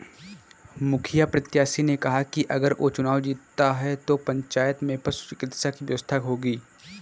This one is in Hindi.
मुखिया प्रत्याशी ने कहा कि अगर वो चुनाव जीतता है तो पंचायत में पशु चिकित्सा की व्यवस्था होगी